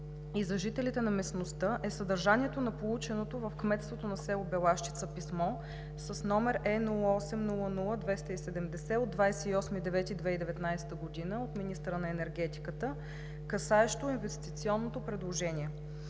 и за жителите на местността е съдържанието на полученото в кметството на село Белащица писмо с № Е0800-270 от 28 септември 2019 г. от министъра на енергетиката, касаещо инвестиционното предложение.